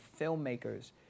filmmakers